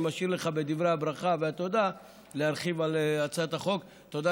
ואני משאיר לך להרחיב על הצעת החוק בדברי הברכה והתודה.